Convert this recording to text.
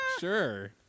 Sure